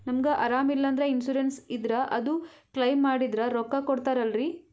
ನಮಗ ಅರಾಮ ಇಲ್ಲಂದ್ರ ಇನ್ಸೂರೆನ್ಸ್ ಇದ್ರ ಅದು ಕ್ಲೈಮ ಮಾಡಿದ್ರ ರೊಕ್ಕ ಕೊಡ್ತಾರಲ್ರಿ?